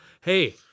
Hey